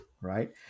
right